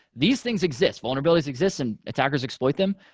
these things exist. vulnerabilities exist and attackers exploit them.